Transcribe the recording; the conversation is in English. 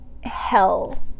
hell